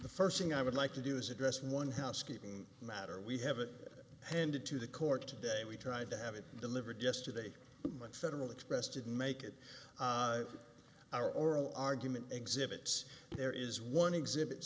the first thing i would like to do is address one housekeeping matter we have it handed to the court today we tried to have it delivered yesterday federal express did make it our oral argument exhibits there is one exhibit